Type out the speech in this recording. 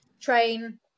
train